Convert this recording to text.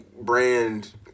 brand